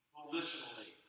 Volitionally